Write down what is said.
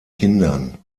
kindern